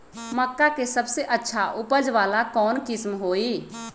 मक्का के सबसे अच्छा उपज वाला कौन किस्म होई?